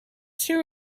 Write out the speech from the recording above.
two